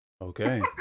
Okay